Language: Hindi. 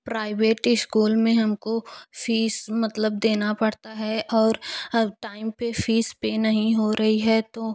प्राइवेट इस्कूल में हमको फ़ीस मतलब देना पड़ता है और हर टाइम पर फ़ीस पर नहीं हो रही है तो